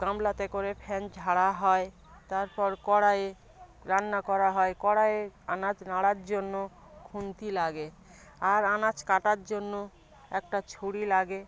গামলাতে করে ফ্যান ঝাড়া হয় তারপর কড়াইয়ে রান্না করা হয় কড়াইয়ে আনাজ নাড়ার জন্য খুন্তি লাগে আর আনাজ কাটার জন্য একটা ছুরি লাগে